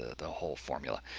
the whole formula,